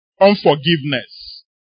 unforgiveness